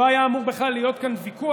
לא היה אמור בכלל להיות כאן ויכוח,